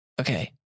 okay